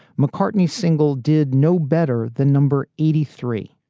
mccartney's single did no better than number eighty three.